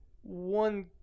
one